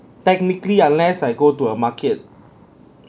technically unless I go to a market